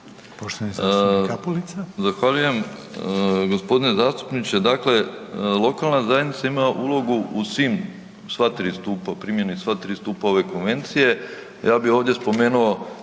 Mario (HDZ)** Zahvaljujem. G. zastupniče, dakle lokalna zajednica ima ulogu u svim, sva tri stupa, u primjeni sva tri stupa ove konvencije, ja bi ovdje spomenuo